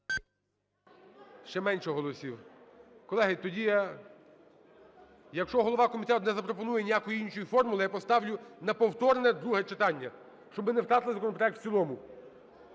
Ще менше голосів. Колеги, тоді я… Якщо голова комітету не запропонує ніякої іншої форми, я поставлю на повторне друге читання, щоб ми не втратили законопроект в цілому.